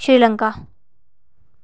Sri Lanka